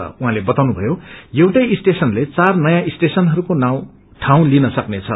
जाहौँले बताउनुभ्यो एउटै स्टेशनले चार नयाँ स्टेशनहरूको इाउँ लिन सक्नेछ